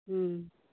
ᱦᱩᱸ